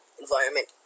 environment